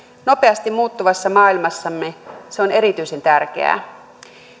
nopeasti muuttuvassa maailmassamme se on erityisen tärkeää